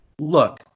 look